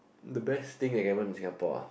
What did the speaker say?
the best thing I get in Singapore ah